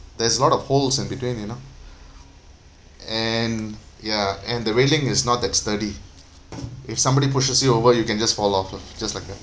there's a lot of holes in between you know and ya and the railing is not that sturdy if somebody pushes you over you can just fall off just like that